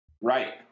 Right